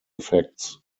effects